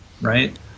right